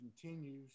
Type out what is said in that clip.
continues